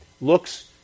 looks